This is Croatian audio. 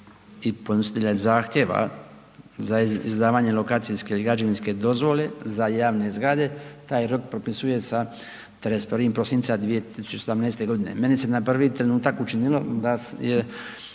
i podnositelje zahtjeva za izdavanje lokacijske i građevinske dozvole za javne zgrade taj rok propisuje sa 31. prosinca 2018.g. Meni se na prvi trenutak učinilo da je